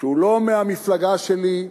שהוא לא מהמפלגה שלי,